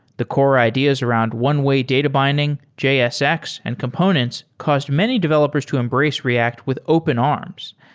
the core ideas around one-way data binding, jsx and components caused many developers to embrace react with open arms.